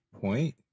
point